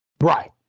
Right